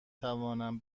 توانم